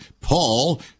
Paul